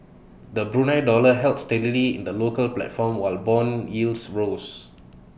the Brunei dollar held steadily in the local platform while Bond yields rose